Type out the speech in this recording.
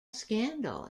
scandal